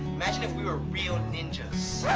imagine if we were real ninjas.